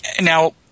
Now